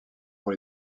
pour